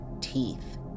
teeth